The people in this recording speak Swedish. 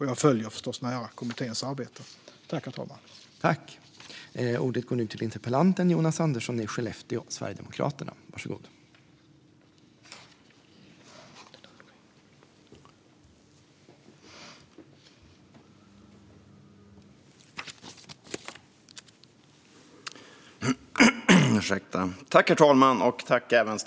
Jag följer förstås kommitténs arbete nära.